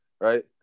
Right